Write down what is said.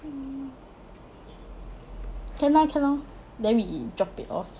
mm can lor can lor then we drop it off